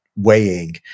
weighing